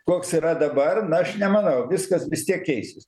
koks yra dabar na aš nemanau viskas vis tiek keisis